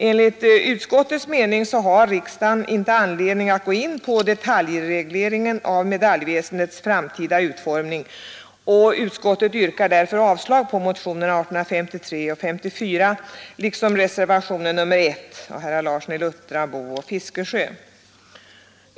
Enligt utskottets mening har riksdagen inte anledning att gå in på detaljregleringen av medaljväsendets framtida utformning, och utskottet yrkar därför avslag på motionerna 1853 och 1854, på vilka reservationen 1 av herrar Larsson i Luttra, Boo och Fiskesjö bygger.